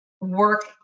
work